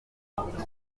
yananiye